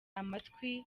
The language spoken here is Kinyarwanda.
amatwi